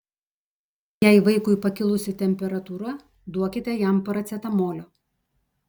jei vaikui pakilusi temperatūra duokite jam paracetamolio